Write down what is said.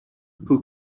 who